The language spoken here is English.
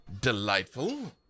delightful